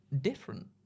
different